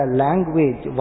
language